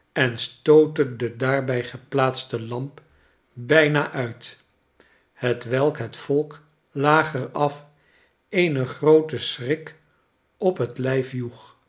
en stootte de daarbij geplaatste lamp bijna uit hetwelk het volk lageraf een grooten schrik op het lijf